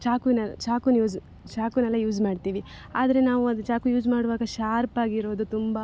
ಚಾಕುವಿನಲ್ಲಿ ಚಾಕುವನ್ ಯೂಸ್ ಚಾಕುನೆಲ್ಲ ಯೂಸ್ ಮಾಡ್ತೀವಿ ಆದರೆ ನಾವದು ಚಾಕು ಯೂಸ್ ಮಾಡುವಾಗ ಶಾರ್ಪಾಗಿರೋದು ತುಂಬ